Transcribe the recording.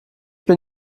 bin